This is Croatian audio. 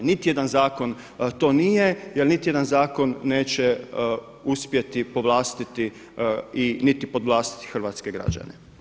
Niti jedan zakon to nije jer niti jedan zakon neće uspjeti povlastiti i niti podvlastiti hrvatske građane.